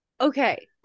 okay